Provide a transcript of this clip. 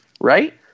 right